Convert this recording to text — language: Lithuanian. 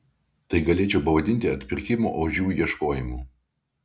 tai galėčiau pavadinti atpirkimo ožių ieškojimu